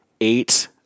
eight